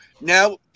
Now